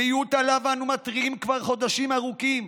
מיעוט שעליו אנו מתריעים כבר חודשים ארוכים,